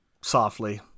softly